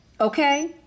Okay